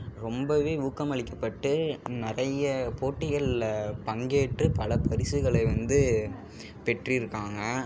ரொம்பவே ஊக்கமளிக்கப்பட்டு நிறைய போட்டிகளில் பங்கேற்று பல பரிசுகளை வந்து பெற்றிருக்காங்க